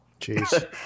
Jeez